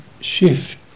shift